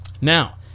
now